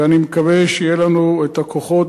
ואני מקווה שיהיו לנו הכוחות,